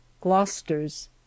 Gloucesters